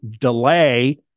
delay